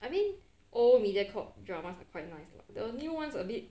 I mean old mediacorp drama are quite nice lah the new ones a bit